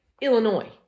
Illinois